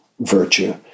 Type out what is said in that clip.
virtue